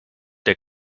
der